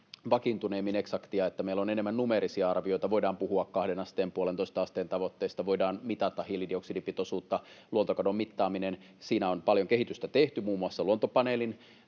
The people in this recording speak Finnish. vakiintuneemmin eksaktia, että meillä on enemmän numeerisia arvioita. Voidaan puhua kahden asteen, puolentoista asteen tavoitteesta, voidaan mitata hiilidioksidipitoisuutta. Luontokadon mittaamisessa on paljon kehitystä tehty, muun muassa Luontopaneelin